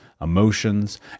emotions